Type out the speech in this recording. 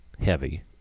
heavy